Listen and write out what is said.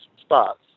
spots